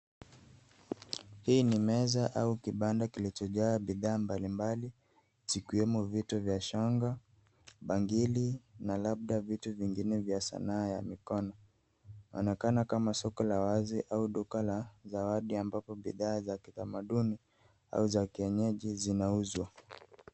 Hii ni meza au kibanda kilichojaa bidhaa mbalimbali zikiwemo vito za shanga bangili na labda vitu vingine vya sanaa ya mikono. Inaonekana kama soko la wazi au duka la zawadi ambapo bidhaa za kitamaduni au za kienyeji zinauzwa.